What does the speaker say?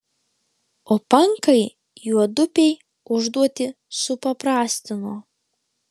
o pankai juodupei užduotį supaprastino